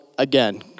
Again